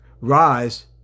rise